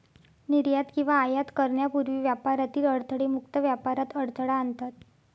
निर्यात किंवा आयात करण्यापूर्वी व्यापारातील अडथळे मुक्त व्यापारात अडथळा आणतात